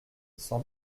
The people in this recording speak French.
sans